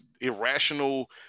irrational